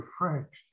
refreshed